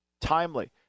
timely